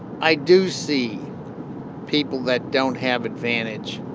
i do see people that don't have advantage,